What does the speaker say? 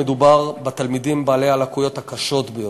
מדובר בתלמידים בעלי הלקויות הקשות ביותר.